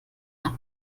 nach